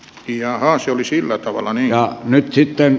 ja asui siinä ollaan jo nyt eteenpäin